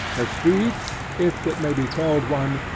the speech if it may be called one,